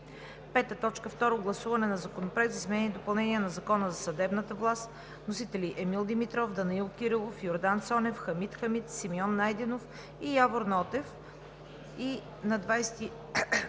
2019 г. 5. Второ гласуване на Законопроекта за изменение и допълнение на Закона за съдебната власт. Вносители са Емил Димитров, Данаил Кирилов, Йордан Цонев, Хамид Хамид, Симеон Найденов и Явор Нотев